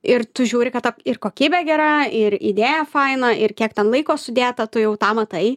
ir tu žiūri kad ta ir kokybė gera ir idėja faina ir kiek ten laiko sudėta tu jau tą matai